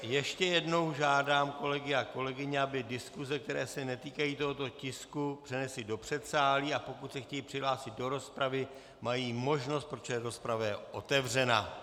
Ještě jednou žádám kolegy a kolegyně, aby diskuse, které se netýkají tohoto tisku, přenesli do předsálí, a pokud se chtějí přihlásit do rozpravy, mají možnost, protože rozprava je otevřena.